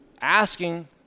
asking